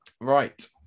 right